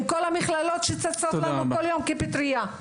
עם כל המכללות שצצות לנו כפטריות כל יום.